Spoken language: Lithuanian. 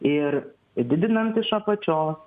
ir didinant iš apačios